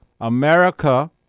America